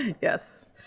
Yes